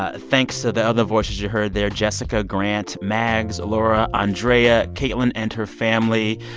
ah thanks to the other voices you heard there jessica, grant, mags, laura, andrea, caitlyn and her family.